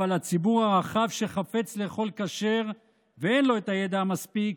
אבל הציבור הרחב שחפץ לאכול כשר ואין לו את הידע המספק